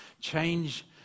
change